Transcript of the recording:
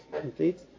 complete